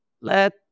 let